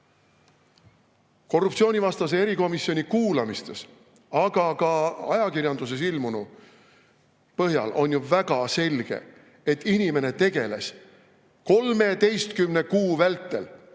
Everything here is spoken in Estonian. Korruptsioonivastase erikomisjoni kuulamiste, aga ka ajakirjanduses ilmunu põhjal on ju väga selge, et inimene tegeles 13 kuu vältel